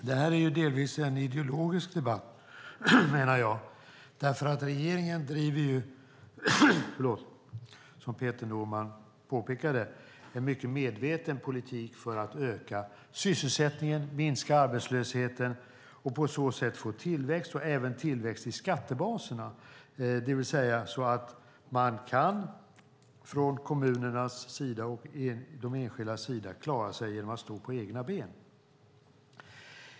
Fru talman! Detta är delvis en ideologisk debatt, menar jag. Regeringen driver nämligen, som Peter Norman påpekade, en mycket medveten politik för att öka sysselsättningen och minska arbetslösheten och på så sätt få tillväxt. Det gäller även tillväxt i skattebaserna, så att man från kommunernas och de enskildas sida kan klara sig genom att stå på egna ben.